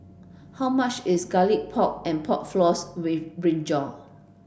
how much is garlic pork and pork floss with brinjal